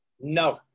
No